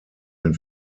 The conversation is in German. den